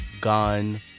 gun